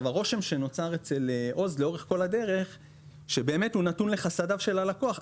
הרושם שנוצר אצל עוז לאורך כל הדרך הוא שבאמת הוא נתון לחסדיו של הלקוח.